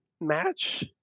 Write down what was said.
match